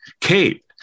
Kate